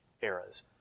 eras